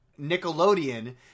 Nickelodeon